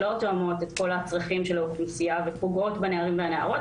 שלא תואמות את כל הצרכים של האוכלוסייה ופוגעות בנערים ובנערות.